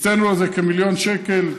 הקצינו לזה כמיליון שקל,